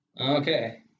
Okay